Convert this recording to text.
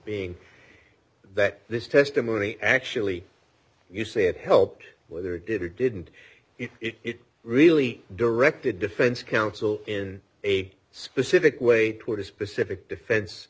being that this testimony actually you say it helped there it didn't it it really directed defense counsel in a specific way toward a specific defen